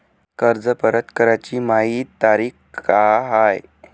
कर्ज परत कराची मायी तारीख का हाय?